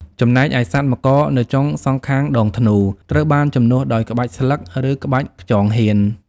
ចំណែកឯសត្វមករនៅចុងសងខាងដងធ្នូ ត្រូវបានជំនួសដោយក្បាច់ស្លឹក ឬក្បាច់ខ្យងហៀន។